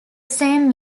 same